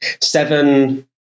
seven